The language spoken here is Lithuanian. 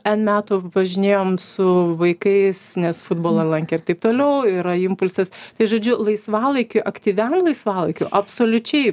n metų važinėjom su vaikais nes futbolą lankė ir taip toliau yra impulsas tai žodžiu laisvalaikiui aktyviam laisvalaikiui absoliučiai